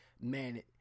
man